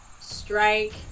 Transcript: strike